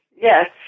Yes